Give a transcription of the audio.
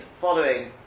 following